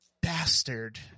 bastard